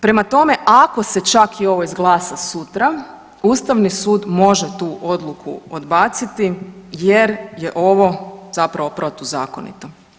Prema tome, ako se čak i ovo izglasa sutra Ustavni sud može tu odluku odbaciti jer je ovo zapravo protuzakonito.